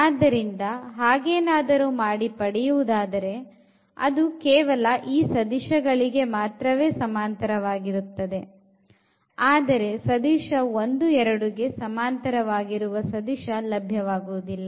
ಆದ್ದರಿಂದ ಹಾಗೆ ಹಾಗೇನಾದರೂ ಮಾಡಿ ಪಡೆಯುವುದಾದರೆ ಅದು ಕೇವಲ ಈ ಸದಿಶ ಗಳಿಗೆ ಮಾತ್ರವೇ ಸಮಾಂತರ ವಾಗಿರುತ್ತದೆ ಆದರೆ ಸದಿಶ 1 2 ಗೆ ಸಮಾಂತರವಾಗಿರುವ ಸದಿಶ ಲಭ್ಯವಾಗುವುದಿಲ್ಲ